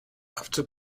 after